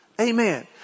Amen